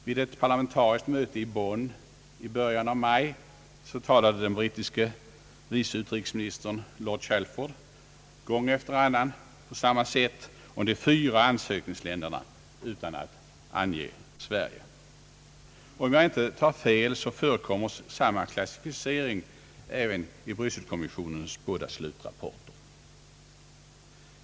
Vid ett parlamentariskt möte i Bonn i början av maj talade den brittiske vice utrikesministern lord Chalford gång efter annan på samma sätt om de fyra ansökningsländerna utan att ange Sverige. Om jag inte tar fel förekommer samma klassificering även i Brysselkommissionens båda slutrapporter.